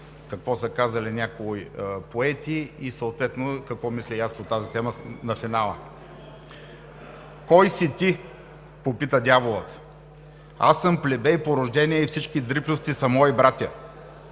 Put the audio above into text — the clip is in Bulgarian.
какво са казали някои поети, съответно, какво мисля и аз по тази тема на финала. „– Кой си ти? – попита Дяволът... – Аз съм плебей по рождение и всички дрипльовци са мои братя.